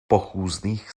pochůzných